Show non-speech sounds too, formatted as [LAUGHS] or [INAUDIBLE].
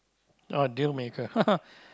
oh dealmaker [LAUGHS]